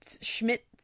schmidt